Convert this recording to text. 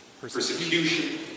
persecution